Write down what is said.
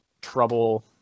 trouble